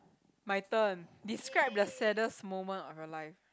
my turn describe the saddest moment of your life